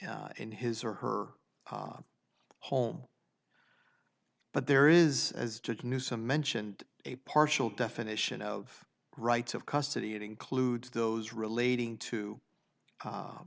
in his or her home but there is as to new some mentioned a partial definition of rights of custody it includes those relating to